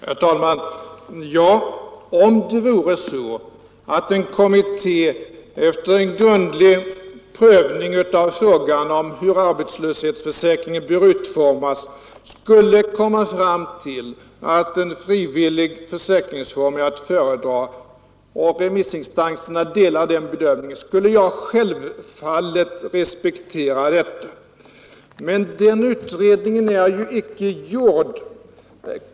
Herr talman! Ja, om det vore så att en kommitté efter grundlig prövning av frågan hur arbetslöshetsförsäkringen bör utformas kommit fram till att en frivillig försäkringsform är att föredra, och om remissinstanserna delat den bedömningen, så skulle jag självfallet respekterat detta. Men den utredningen är ju inte gjord!